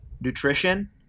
nutrition